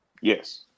Yes